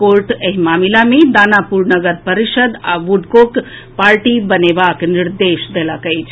court एहि मामिला मे दानापुर नगर परिषद् आ बुड्को के पार्टी बनेबाक निर्देश देलक अछि